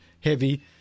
heavy